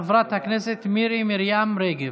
חברת הכנסת מירי מרים רגב.